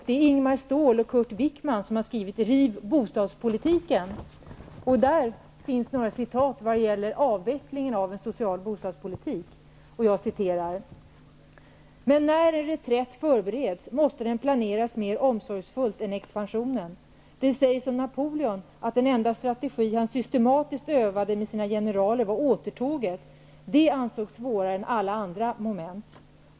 Det är Ingemar Ståhl och Kurt Wickman, som har skrivit Riv bostadspolitiken!. Där skrivs följande, som gäller avvecklingen av en social bostadspolitik: ''Men när en reträtt förbereds måste den planeras mer omsorgsfullt än expansionen. Det sägs om Napoleon att den enda strategi han systematiskt övade med sina generaler var återtåget -- det ansågs svårare än alla andra moment.